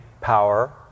power